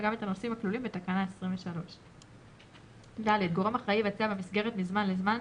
וגם את הנושאים הכלולים בתקנה 23. גורם אחראי יבצע במסגרת מזמן לזמן,